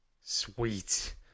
sweet